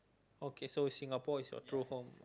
okay so Singapore is your true home